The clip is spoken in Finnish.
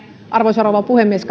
arvoisa rouva puhemies